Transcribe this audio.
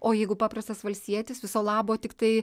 o jeigu paprastas valstietis viso labo tiktai